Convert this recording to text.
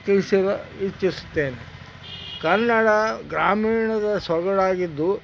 ತಿಳಿಸಲು ಇಚ್ಚಿಸುತ್ತೇನೆ ಕನ್ನಡ ಗ್ರಾಮೀಣದ ಸೊಗಡಾಗಿದ್ದು